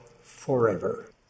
forever